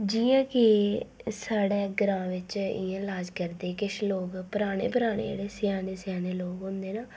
जियां कि साढ़ै ग्रांऽ बिच्च इयां लाज करदे किश लोक पराने पराने जेह्ड़े स्याने स्याने लोक होंदे न